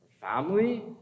family